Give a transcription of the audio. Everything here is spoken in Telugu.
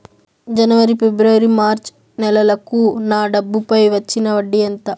జనవరి, ఫిబ్రవరి, మార్చ్ నెలలకు నా డబ్బుపై వచ్చిన వడ్డీ ఎంత